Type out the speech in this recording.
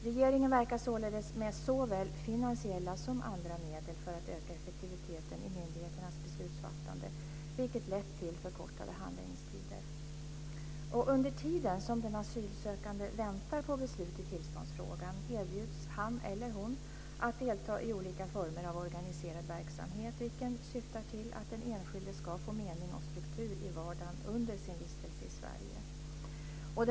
Regeringen verkar således med såväl finansiella som andra medel för att öka effektiviteten i myndigheternas beslutsfattande, vilket lett till förkortade handläggningstider. Under tiden som den asylsökande väntar på beslut i tillståndsfrågan erbjuds han eller hon att delta i olika former av organiserad verksamhet, vilket syftar till att den enskilde ska få mening och struktur i vardagen under sin vistelse i Sverige.